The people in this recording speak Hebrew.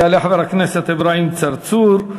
יעלה חבר הכנסת אברהים צרצור,